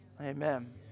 amen